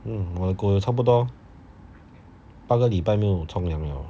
我的狗也差不多八个礼拜没有冲凉了